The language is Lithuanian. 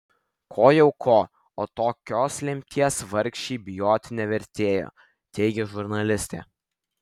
ko jau ko o tokios lemties vargšei bijoti nevertėjo teigia žurnalistė